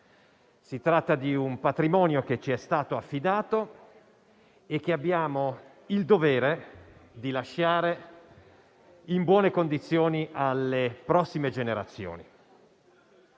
Si tratta di un patrimonio che ci è stato affidato e che abbiamo il dovere di lasciare in buone condizioni alle prossime generazioni.